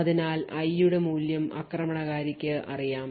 അതിനാൽ i യുടെ മൂല്യം ആക്രമണകാരിക്ക് അറിയാം